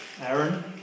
Aaron